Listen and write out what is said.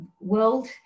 world